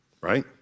right